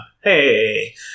Hey